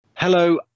Hello